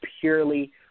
purely